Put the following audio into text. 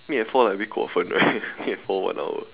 meet at four like a bit 过分 right meet at four one hour